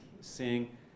seeing